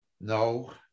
No